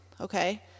okay